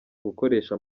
gukoresha